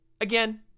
again